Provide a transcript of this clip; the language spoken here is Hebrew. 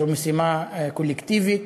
זו משימה קולקטיבית.